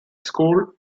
school